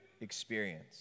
experience